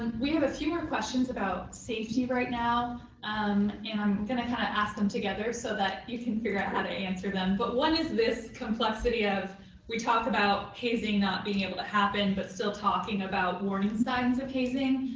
and we have a few more questions about safety right now, um and i'm going to kind of ask them together so that you can figure out how to answer them. but one is this complexity of we talk about hazing not being able to happen but still talking about warning signs of hazing.